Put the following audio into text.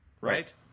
Right